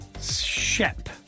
SHIP